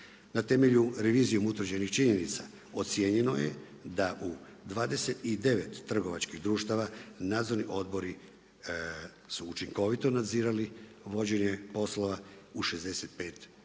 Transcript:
Na temelju revizijom utvrđenih činjenica ocijenjeno je da u 29 trgovačkih društava nadzorni odbori su učinkovito nadzirali vođenje poslova, u 65